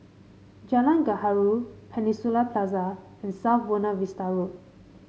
Jalan Gaharu Peninsula Plaza and South Buona Vista Road